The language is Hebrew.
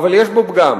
/ אבל יש בו פגם: